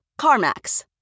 CarMax